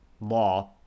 law